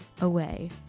away